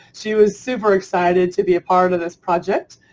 she was super excited to be a part of this project.